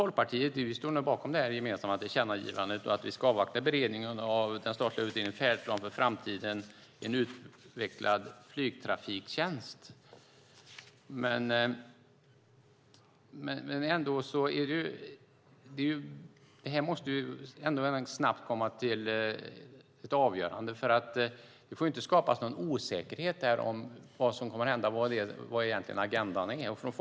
Folkpartiet står bakom det gemensamma tillkännagivandet om att vi ska avvakta beredningen av den statliga utredningen Färdplan för framtiden - en utvecklad flygtrafiktjänst , men det här måste snabbt komma till ett avgörande, för det får inte skapas någon osäkerhet om vad som kommer att hända. Det finns inte på Folkpartiets agenda att man ska återreglera.